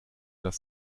das